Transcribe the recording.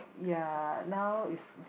ya now is